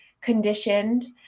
conditioned